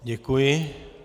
Děkuji.